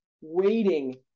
waiting